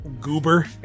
Goober